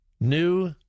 new